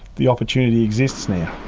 the opportunity exists now.